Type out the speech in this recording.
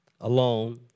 alone